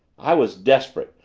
i was desperate!